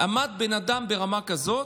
עמד בן אדם ברמה כזאת,